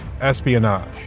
espionage